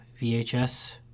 VHS